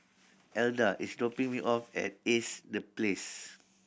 Elda is dropping me off at Ace The Place